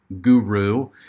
guru